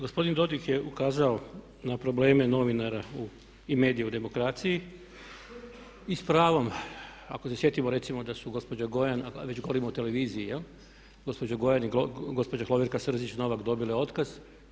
Gospodin Dodig je ukazao na probleme novinara i medija u demokraciji i s pravom ako se sjetimo recimo da su gospođa Gojan, ako već govorimo o televiziji, gospođa Gojan i gospođa Hloverka Srzić Novak dobile otkaz.